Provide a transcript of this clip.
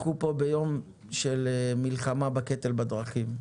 אנחנו פה ביום של מלחמה בקטל בדרכים,